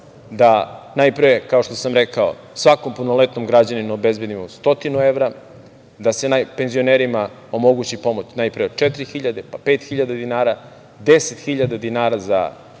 da najpre, kao što sam rekao, svakom punoletnom građaninu obezbedimo stotinu evra, da se penzionerima omogući pomoć najpre od 4.000, pa 5.000 dinara, 10.000 dinara za svakog